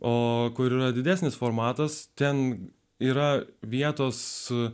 o kur yra didesnis formatas ten yra vietos su